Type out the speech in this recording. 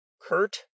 Kurt